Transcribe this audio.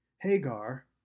Hagar